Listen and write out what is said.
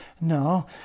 No